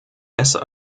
besser